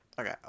okay